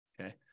okay